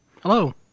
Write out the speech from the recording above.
Hello